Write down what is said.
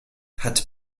hat